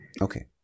Okay